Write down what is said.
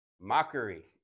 Mockery